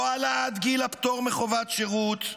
לא העלאת גיל הפטור מחובת שירות,